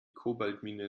kobaltmine